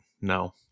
No